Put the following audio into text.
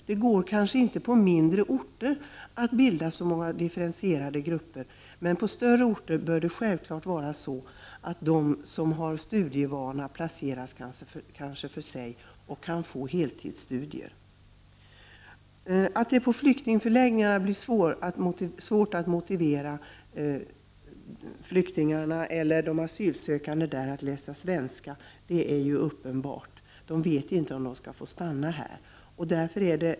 Det går kanske inte på mindre orter att bilda många differentierade grupper, men på större orter bör det självklart vara så, att de som har studievana placeras för sig och kan bedriva heltidsstudier. Att det på flyktingförläggningarna är svårt att motivera de asylsökande att läsa svenska är uppenbart. De vet inte om de skall få stanna i Sverige.